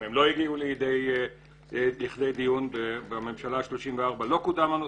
הם לא הגיעו לכדי דיון ובממשלה ה-34 לא קודם הנושא.